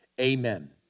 Amen